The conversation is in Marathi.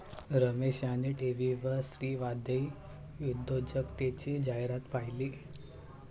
रमेश यांनी टीव्हीवर स्त्रीवादी उद्योजकतेची जाहिरात पाहिली